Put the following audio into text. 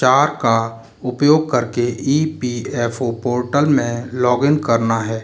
चार का उपयोग करके E P F O portal में लॉगिन करना है